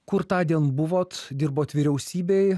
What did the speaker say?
kur tądien buvot dirbote vyriausybėj